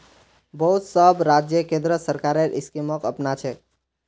बहुत सब राज्य केंद्र सरकारेर स्कीमक अपनाछेक